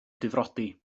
difrodi